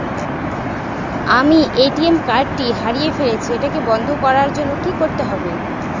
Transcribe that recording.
আমি ATM card টি হারিয়ে ফেলেছি এটাকে বন্ধ করার জন্য কি করতে হবে?